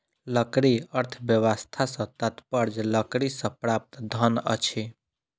लकड़ी अर्थव्यवस्था सॅ तात्पर्य लकड़ीसँ प्राप्त धन अछि